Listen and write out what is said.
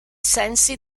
sensi